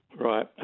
Right